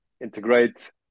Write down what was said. integrate